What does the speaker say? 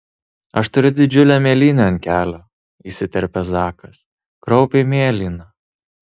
aš turiu didžiulę mėlynę ant kelio įsiterpia zakas kraupiai mėlyna